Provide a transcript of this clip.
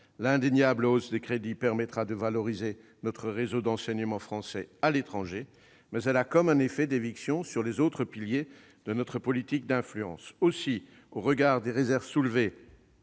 l'indéniable hausse des crédits permettra de valoriser notre réseau d'enseignement français à l'étranger, mais elle exerce en quelque sorte un effet d'éviction sur les autres piliers de notre politique d'influence. Aussi, au regard des réserves soulevées,